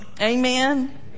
Amen